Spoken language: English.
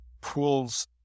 pulls